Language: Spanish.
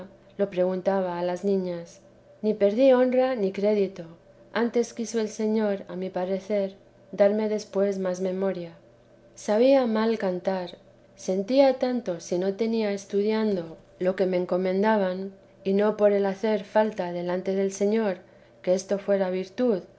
i preguntaba a las niñas ni perdí honra ni crédito antes quiso el señor a mi parecer darme después más memoria sabía mal cantar sentía tanto si no tenía estudiado lo que me encomendaban y no por el hacer falta delante del señor que esto fuera virtud